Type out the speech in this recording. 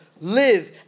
Live